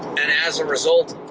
and as a result,